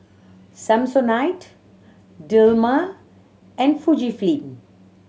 Samsonite Dilmah and Fujifilm